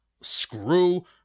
screw